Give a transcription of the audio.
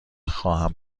خواهم